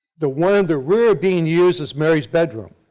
the one in the rear being used as mary's bedroom.